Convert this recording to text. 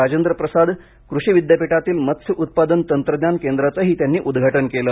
राजेंद्र प्रसाद कृषी विद्यापीठातील मत्स्य उत्पादन तंत्रज्ञान केंद्राचेही त्यांनी उदघाटन केलं